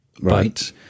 Right